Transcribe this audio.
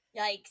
Yikes